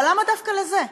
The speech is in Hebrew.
אבל למה דווקא לזה?